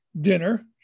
dinner